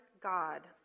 God